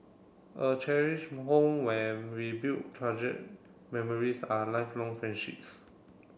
a cherished home where we build treasured memories are lifelong friendships